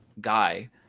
guy